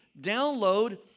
Download